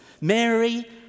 Mary